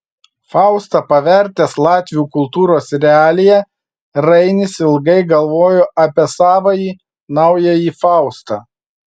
faustą pavertęs latvių kultūros realija rainis ilgai galvojo apie savąjį naująjį faustą